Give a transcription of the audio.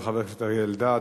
תודה רבה לחבר הכנסת אריה אלדד.